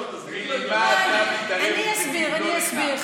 לא, תסביר לי, אני אסביר, אני אסביר.